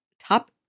top